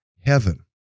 heaven